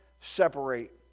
separate